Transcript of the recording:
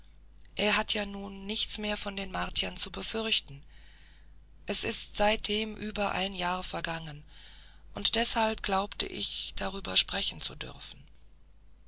er hatte ja nun nichts mehr von den martiern zu befürchten es ist seitdem über ein jahr vergangen deshalb glaubte ich darüber sprechen zu dürfen